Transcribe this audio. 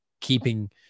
keeping